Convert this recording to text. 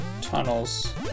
tunnels